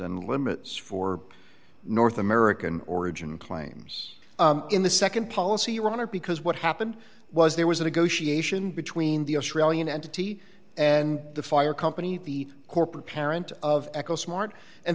and limits for north american origin claims in the nd policy runner because what happened was there was a negotiation between the australian entity and the fire company the corporate parent of eco smart and